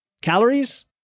calories